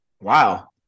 Wow